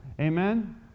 Amen